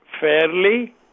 fairly